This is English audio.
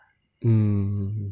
mm